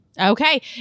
Okay